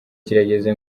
kirageze